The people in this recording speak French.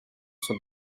sont